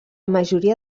majoria